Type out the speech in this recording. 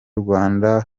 rwanda